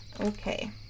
Okay